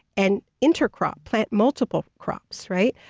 and intercrop, plant multiple crops, right?